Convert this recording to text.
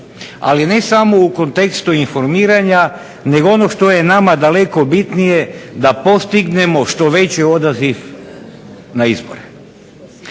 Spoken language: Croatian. ali ne samo u kontekstu informiranja nego ono što je nama daleko bitnije da postignemo što veći odaziv na izbore.